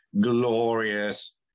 Glorious